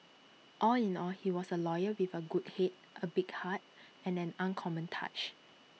all in all he was A lawyer with A good Head A big heart and an uncommon touch